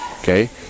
okay